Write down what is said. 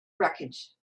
wreckage